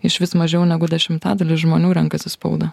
iš vis mažiau negu dešimtadalis žmonių renkasi spaudą